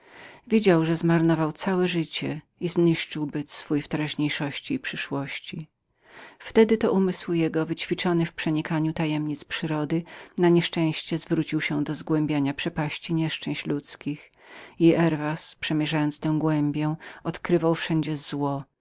widział że zmarnował całe życie i zniszczył byt swój w teraźniejszości i przyszłości wtedy to umysł jego wyćwiczony w przenikaniu tajemnic przyrody na nieszczęście zwrócił się do zgłębiania przepaści nieszczęść ludzkich i im bardziej przemierzał tę głębię tem widoczniej wszędzie złe